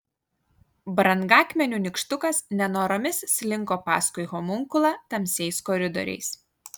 brangakmenių nykštukas nenoromis slinko paskui homunkulą tamsiais koridoriais